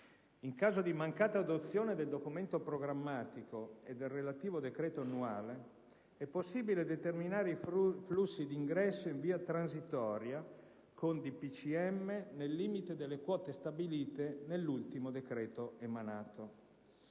In caso di mancata adozione del documento programmatico e del relativo decreto annuale, è possibile determinare i flussi di ingresso, in via transitoria, con decreto del Presidente del Consiglio, nel limite delle quote stabilite nell'ultimo decreto emanato.